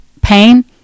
pain